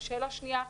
שאלה שניה,